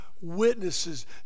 witnesses